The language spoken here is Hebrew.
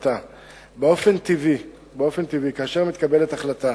באופן טבעי, כאשר מתקבלת החלטה